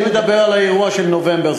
אני מדבר על האירוע של נובמבר.